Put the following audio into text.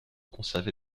conservées